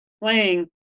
playing